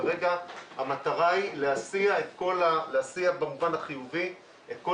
כרגע המטרה היא להסיע במובן החיובי את כל